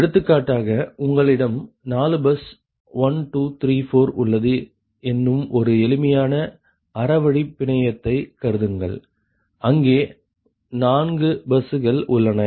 எடுத்துக்காட்டாக உங்களிடம் 4 பஸ் 1 2 3 4 உள்ளது என்னும் ஒரு எளிமையான ஆரவழி பிணையத்தை கருதுங்கள் அங்கே 4 பஸ்கள் உள்ளன